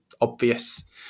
obvious